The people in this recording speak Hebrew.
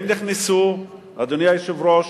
הם נכנסו, אדוני היושב-ראש,